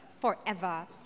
forever